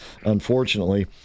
unfortunately